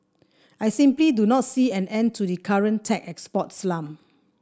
I simply do not see an end to the current tech export slump